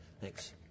Thanks